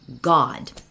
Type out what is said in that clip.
God